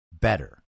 better